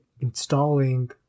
installing